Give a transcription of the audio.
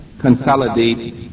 consolidate